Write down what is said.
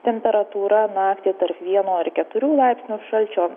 temperatūra naktį tarp vieno ar keturių laipsnių šalčio